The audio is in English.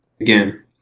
again